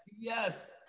Yes